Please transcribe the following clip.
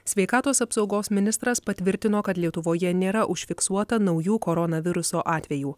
sveikatos apsaugos ministras patvirtino kad lietuvoje nėra užfiksuota naujų koronaviruso atvejų